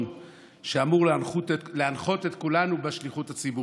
שאמור להנחות את כולנו בשליחות הציבורית.